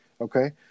Okay